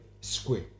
square